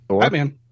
Batman